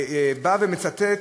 בא ומצטט